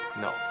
No